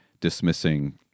dismissing